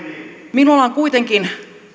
minulla on kuitenkin